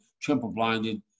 triple-blinded